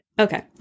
Okay